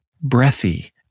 breathy